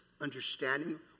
understanding